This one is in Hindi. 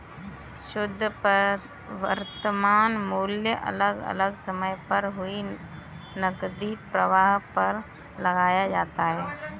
शुध्द वर्तमान मूल्य अलग अलग समय पर हुए नकदी प्रवाह पर लगाया जाता है